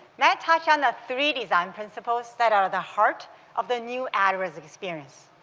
matt touched on the three design principles that are the heart of the new adwords experience.